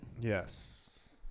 Yes